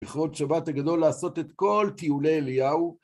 בכרות שבת הגדול לעשות את כל טיולי אליהו.